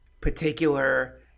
particular